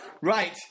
Right